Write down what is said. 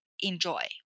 enjoy